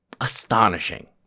Astonishing